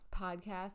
podcast